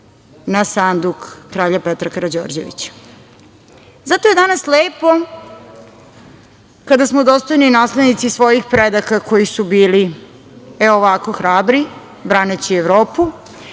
na sanduk kralja Petra Karađorđevića. Zato je danas lepo kada smo dostojni naslednici svojih predaka koji su bili ovako hrabri braneći Evropu,